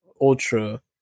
ultra